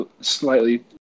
slightly